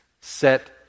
set